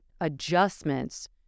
adjustments